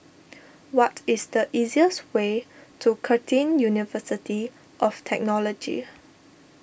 what is the easiest way to Curtin University of Technology